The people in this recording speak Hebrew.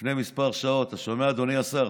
לפני כמה שעות, אתה שומע, אדוני השר?